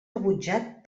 rebutjat